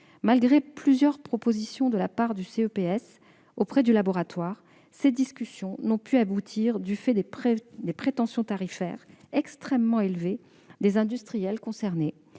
fait plusieurs propositions aux laboratoires, ces discussions n'ont pu aboutir du fait des prétentions tarifaires extrêmement élevées des industriels concernés